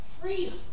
freedom